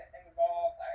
involved